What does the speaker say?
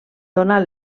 donar